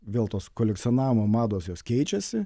vėl tos kolekcionavimo mados jos keičiasi